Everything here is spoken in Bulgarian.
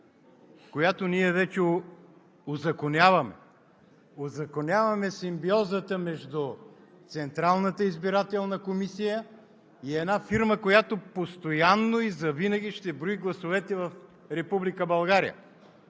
която ние вече узаконяваме – узаконяваме симбиозата между Централната избирателна комисия и една фирма, която постоянно и завинаги ще брои гласовете в Република България!